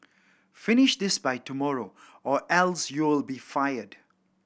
finish this by tomorrow or else you'll be fired